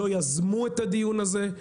לא יזמו את הדיון הזה.